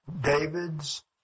David's